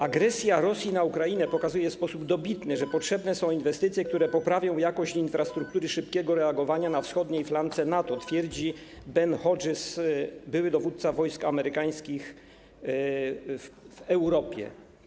Agresja Rosji na Ukrainę pokazuje w sposób dobitny, że potrzebne są inwestycje, które poprawią jakość infrastruktury szybkiego reagowania na wschodniej flance NATO - twierdzi Ben Hodges, były dowódca wojsk amerykańskich w Europie.